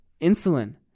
insulin